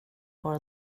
bara